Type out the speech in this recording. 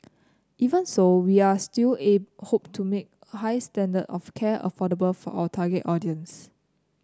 even so we are still ate hope to make high standard of care affordable for our target audience